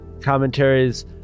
commentaries